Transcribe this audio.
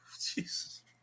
Jesus